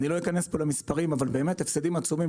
לא אכנס למספרים אבל באמת שאלה הפסדים עצומים,